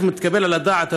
איך מתקבל על הדעת,